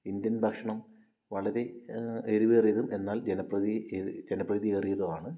Indian ഭക്ഷണം വളരെ എരിവേറിയതും എന്നാൽ ജനപ്രീതിയേറിയതുവാണ്